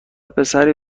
پسری